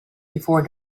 before